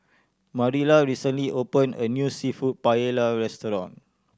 Marilla recently opened a new Seafood Paella Restaurant